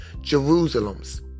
Jerusalem's